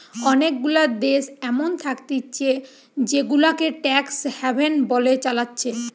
অনেগুলা দেশ এমন থাকতিছে জেগুলাকে ট্যাক্স হ্যাভেন বলে চালাচ্ছে